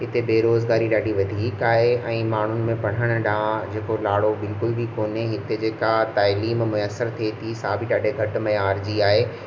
हिते बेरोज़गारी ॾाढी वधीक आहे ऐं माण्हुनि में पढ़ण ॾांहं जेको लाड़ो बिल्कुल बि कोन्हे हिते जेका ताइलीम मेसर थिए थी सां बि ॾाढी घटि मयार जी आहे